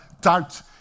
doubt